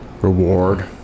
reward